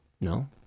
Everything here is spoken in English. No